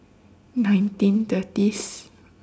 nineteen thirties